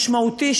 משמעותי,